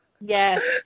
Yes